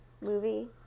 movie